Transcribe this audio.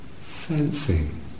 sensing